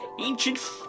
ancient